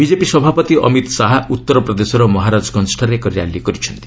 BJP ସଭାପତି ଅମିତ୍ ଶାହା ଉତ୍ତର ପ୍ରଦେଶର ମହାରାଜଗଞ୍ଜଠାରେ ଏକ ର୍ୟାଲି କରିଛନ୍ତି